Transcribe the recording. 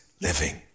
living